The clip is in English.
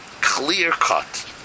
clear-cut